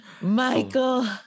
Michael